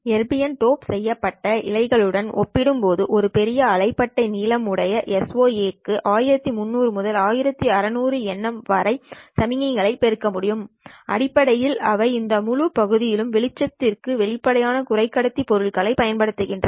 erbium dope செய்யப்பட்ட இழைகளுடன் ஒப்பிடும்போது ஒரு பெரிய அலைபாட்டை நீளம் உடைய SOA க்கள் 1300 முதல் 1600 nm வரை சமிக்ஞையை பெருக்க முடியும் அடிப்படையில் அவைகள் இந்த முழு பகுதிலும் வெளிச்சத்திற்கு வெளிப்படையான குறைக்கடத்தி பொருளைப் பயன்படுத்துகின்றன